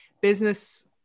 business